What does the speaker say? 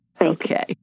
Okay